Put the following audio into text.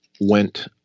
went